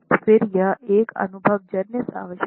फिर यह एक अनुभवजन्य आवश्यकता है